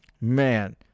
man